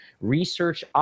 research